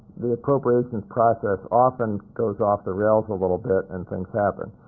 the appropriations process often goes off the rails a little bit and things happen.